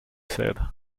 said